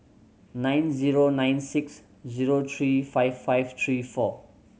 nine zero nine six zero three five five three four